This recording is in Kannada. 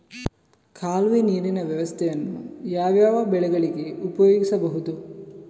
ಕಾಲುವೆ ನೀರಿನ ವ್ಯವಸ್ಥೆಯನ್ನು ಯಾವ್ಯಾವ ಬೆಳೆಗಳಿಗೆ ಉಪಯೋಗಿಸಬಹುದು?